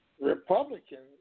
Republicans